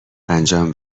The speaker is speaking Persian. انجام